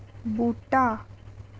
बूह्टा